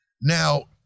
Now-